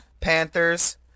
Panthers